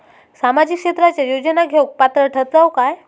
सामाजिक क्षेत्राच्या योजना घेवुक पात्र ठरतव काय?